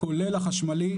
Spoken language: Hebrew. כולל החשמלי.